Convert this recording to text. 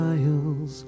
Miles